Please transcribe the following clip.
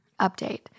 Update